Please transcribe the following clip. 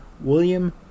William